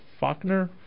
Faulkner